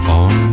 on